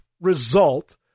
result